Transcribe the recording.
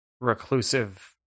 Reclusive